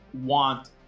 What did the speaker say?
want